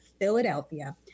Philadelphia